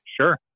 Sure